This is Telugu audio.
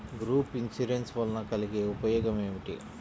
గ్రూప్ ఇన్సూరెన్స్ వలన కలిగే ఉపయోగమేమిటీ?